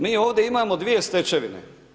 Mi ovdje imamo dvije stečevine.